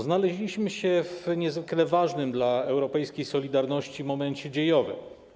Znaleźliśmy się w niezwykle ważnym dla europejskiej solidarności momencie dziejowym.